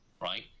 right